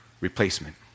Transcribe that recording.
replacement